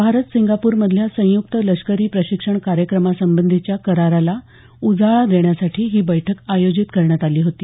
Bharat Singapore मधल्या संयुक्त लष्करी प्रशिक्षण कार्यक्रमासंबंधीच्या कराराला उजाळा देण्यासाठी ही बैठक आयोजित करण्यात आली होती